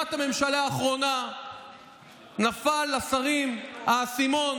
בישיבת הממשלה האחרונה נפל לשרים האסימון,